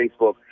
Facebook